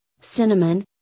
cinnamon